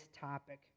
topic